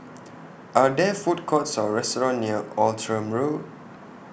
Are There Food Courts Or restaurants near Outram Road